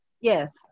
Yes